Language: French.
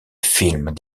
films